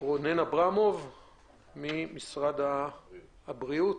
אברמוב ממשרד הבריאות.